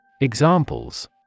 Examples